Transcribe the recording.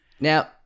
Now